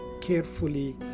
carefully